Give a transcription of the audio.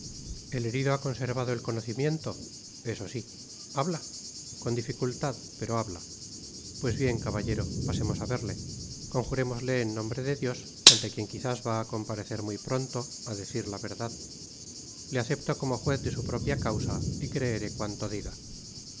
el herido ha conservado el conocimiento eso sí habla r con dificultad pero habla pues bien caballero pasemos á verle conjurémosle en nombre de dios ante quien quizás va á comparecer muy pronto á decir la verdad le acepto como juez de su propia causa y creeré cuanto diga